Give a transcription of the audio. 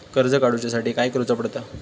कर्ज काडूच्या साठी काय करुचा पडता?